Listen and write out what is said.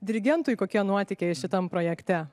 dirigentui kokie nuotykiai šitam projekte